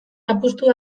apustu